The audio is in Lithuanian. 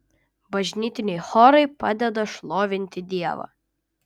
bažnytiniai chorai padeda šlovinti dievą